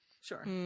sure